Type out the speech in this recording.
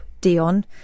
Dion